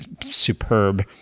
superb